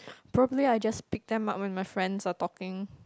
probably I just picked them up when my friends were talking